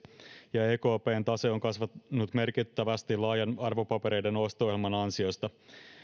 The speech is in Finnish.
ja ekpn tase on kasvanut merkittävästi laajan arvopapereiden osto ohjelman ansiosta